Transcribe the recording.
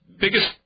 biggest –